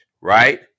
right